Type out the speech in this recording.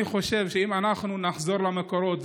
אני חושב שאם אנחנו נחזור למקורות,